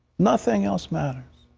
nothing else matters.